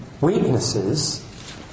weaknesses